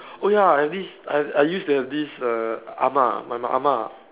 oh ya and this I I used to have this err ah-ma my ah-ma